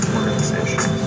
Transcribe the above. organizations